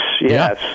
yes